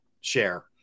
share